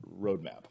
roadmap